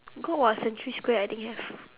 good [what] century-square I think have